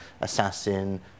assassin